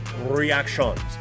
reactions